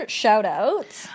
shout-outs